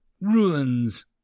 Ruins